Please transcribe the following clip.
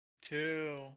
two